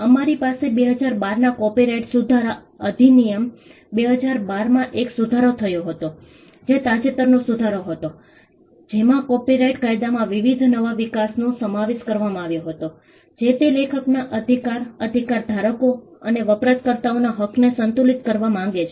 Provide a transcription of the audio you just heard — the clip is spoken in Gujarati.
અમારી પાસે 2012 ના કોપીરાઈટ સુધારા અધિનિયમ ૨૦૧૨ માં એક સુધારો થયો હતો જે તાજેતરનો સુધારો હતો જેમાં કોપીરાઈટ કાયદામાં વિવિધ નવા વિકાસનો સમાવેશ કરવામાં આવ્યો હતો જે તે લેખકના અધિકાર અધિકારધારકો અને વપરાશકર્તાઓના હકને સંતુલિત કરવા માગે છે